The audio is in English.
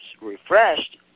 refreshed